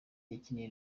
yakiniye